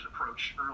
approach